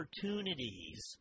opportunities